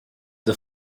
the